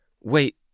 Wait